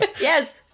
Yes